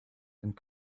and